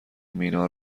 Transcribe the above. مینا